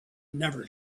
never